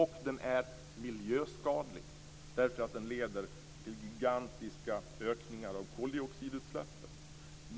Dessutom är den miljöskadlig, eftersom den leder till gigantiska ökningar av koldioxidutsläppen.